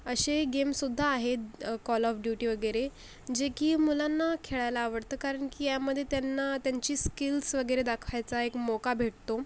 असे गेम सुद्धा आहेत कॉल ऑफ ड्यूटी वगैरे जे की मुलांना खेळायला आवडतं कारण की यामध्ये त्यांना त्यांचे स्किल्स वगैरे दाखवायचा एक मोका भेटतो